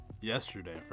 yesterday